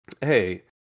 hey